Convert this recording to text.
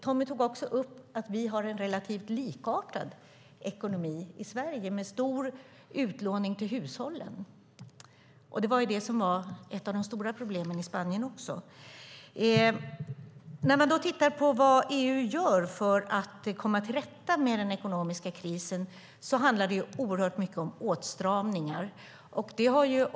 Tommy tog även upp att vi har en relativt likartad ekonomi i Sverige, med stor utlåning till hushållen. Det var ett av de stora problemen i Spanien också. När man då tittar på vad EU gör för att komma till rätta med den ekonomiska krisen handlar det oerhört mycket om åtstramningar.